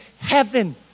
heaven